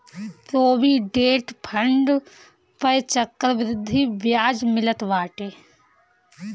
provident fund पअ चक्रवृद्धि बियाज मिलत बाटे